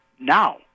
now